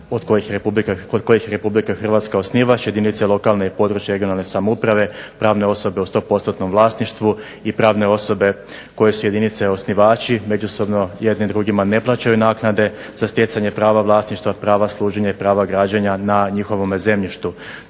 kod kojih RH osnivač, jedinice lokalne i područne (regionalne) samouprave, pravne osobe u 100%-nom vlasništvu i pravne osobe koje su jedinice osnivači međusobno jedni drugima ne plaćaju naknade za stjecanje prava vlasništva, prava služenja i prava građenja na njihovome zemljištu.